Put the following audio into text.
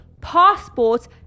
passports